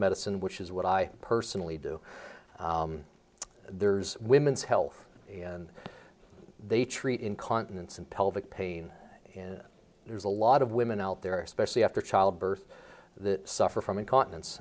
medicine which is what i personally do there's women's health and they treat incontinence and pelvic pain and there's a lot of women out there especially after childbirth that suffer from incontinen